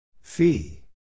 Fee